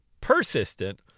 persistent